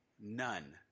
none